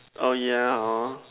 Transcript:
oh yeah hor